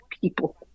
people